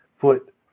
foot